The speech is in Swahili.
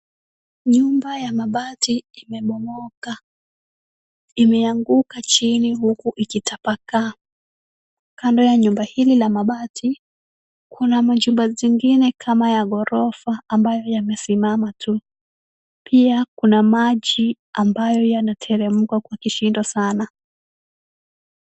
Nyumba ya mabati imebomoka. Imeanguka chini huku ikitapakaa. Kando ya nyumba hili la mabati, kuna majumba zingine kama ya ghorofa ambayo yamesimama tu. Pia kuna maji ambayo yanateremka kwa kishindo sana.